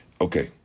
Okay